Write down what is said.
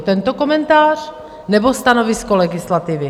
Tento komentář, nebo stanovisko legislativy?